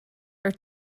are